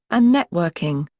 and networking.